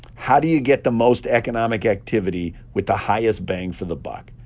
how do you get the most economic activity with the highest bang for the buck?